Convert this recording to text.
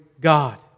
God